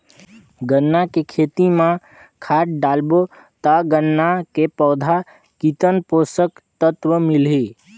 गन्ना के खेती मां खाद डालबो ता गन्ना के पौधा कितन पोषक तत्व मिलही?